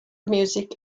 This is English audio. music